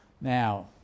Now